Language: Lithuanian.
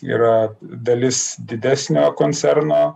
yra dalis didesnio koncerno